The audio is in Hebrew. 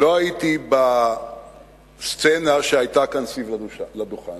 לא הייתי בסצנה שהיתה כאן סביב הדוכן,